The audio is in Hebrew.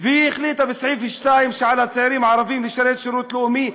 והיא החליטה בסעיף 2 שעל הצעירים הערבים לשרת שירות לאומי,